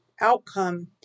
outcome